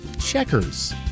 checkers